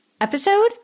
episode